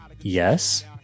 yes